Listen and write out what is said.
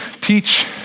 teach